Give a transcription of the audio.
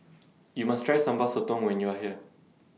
YOU must Try Sambal Sotong when YOU Are here